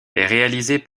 réalisé